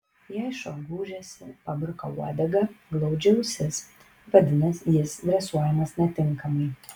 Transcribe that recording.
jei šuo gūžiasi pabruka uodegą glaudžia ausis vadinasi jis dresuojamas netinkamai